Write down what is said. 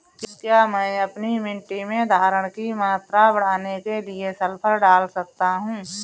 क्या मैं अपनी मिट्टी में धारण की मात्रा बढ़ाने के लिए सल्फर डाल सकता हूँ?